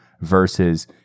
versus